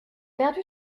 perdu